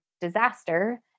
disaster